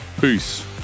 Peace